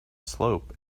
slope